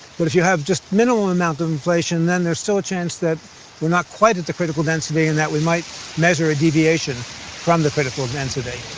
but if you have just a minimal amount of inflation then there's still a chance that you're not quite at the critical density and that we might measure a deviation from the critical density.